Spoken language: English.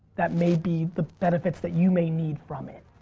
that may be the benefits that you may need from it.